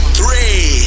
three